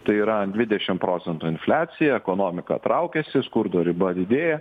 tai yra dvidešim procentų infliacija ekonomika traukiasi skurdo riba didėja